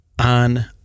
on